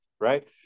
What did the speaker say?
right